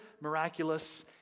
miraculous